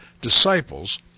disciples